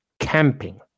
Camping